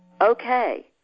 Okay